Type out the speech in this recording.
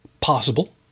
Possible